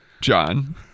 John